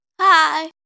Hi